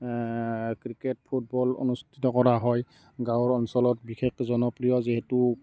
cricket football অনুস্থিত কৰা হয় গাঁৱৰ অঞ্চলত বিশেশ জনপ্ৰিয় যিহেতু